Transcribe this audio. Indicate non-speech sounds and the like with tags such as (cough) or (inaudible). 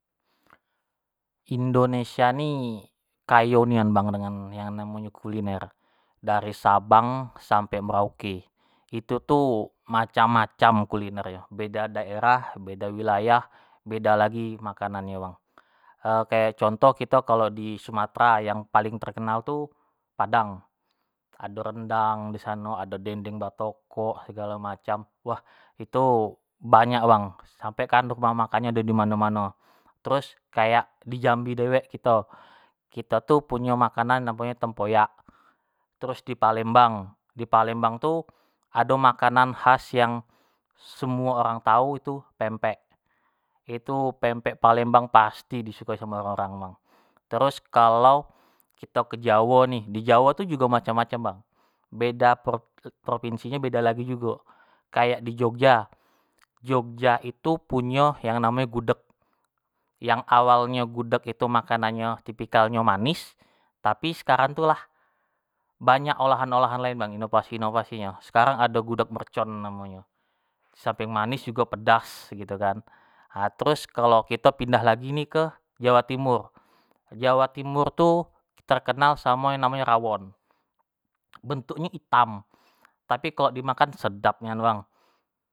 Indonesia ni kayo nian bang dengan nyan namonyo kuliner, dari sabang sampe merauke, itu tu macam-macam kuliner nyo beda daerah beda wilayah beda lagi makanannyo bang, (hesitation) kayak contoh kito kalo di sumatera tu yang paling terkenal tu padang, ado rendang di sano, ado dendeng batokok egalo macam, wah itu banyak bang sampai kan rumah makan nyo ado di mano-mano, terus kayak di jambi dewek kito, kito tu punyo makanan yang namo nyo tu tempoyak, terus di palembang, di palembang tu ado makanan khas yang semuo orang tau tu pemoek, itu pempek palembang pasti di sukoi samo orang-orang bang, terus kalau kito ke jawo nih, di jawo tu jugo macem-macem bang, beda prov provinsi nyo beda lagi jugo, kayak di jogja, jogja itu punyo yang namonyo gudeg yang awalnyo gudeg itu makanannyo tipikal manis, tapi sekarang tu lah banyak olahan-olahan lain bang, inovasi-inovasi nyo, sekarang ado gudeg mercon namonyo, samping manis jugo pedas gitukan, terus kalo kito pindah lagi ni kito ke jawa timur, jawa timur tu terkenal dengan yang namonyo rawon, bentuk nyo itam, tapi kalo dimakan tu sedap nian bang.